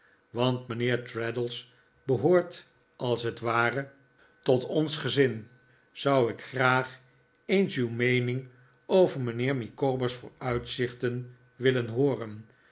want mijnheer traddles behoort als het ware tot ons gezin zou ik graag eens uw meening over mijnheer micawber's vooruitzichten willen hooren